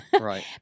Right